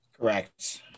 Correct